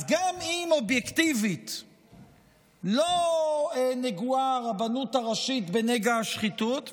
אז גם אם אובייקטיבית לא נגועה הרבנות הראשית בנגע השחיתות,